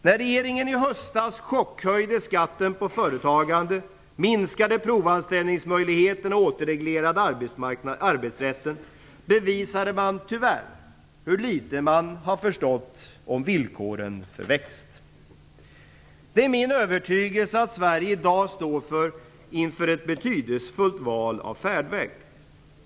När regeringen i höstas chockhöjde skatten på företagande, minskade provanställningsmöjligheten och återreglerade arbetsrätten bevisade man - tyvärr - hur litet man har förstått om villkoren för växt. Det är min övertygelse att Sverige i dag står inför ett betydelsefullt val av färdriktning.